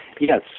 Yes